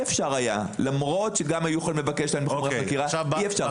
אפשר היה למרות שהיו יכולים לבקש חומר חקירה אי אפשר.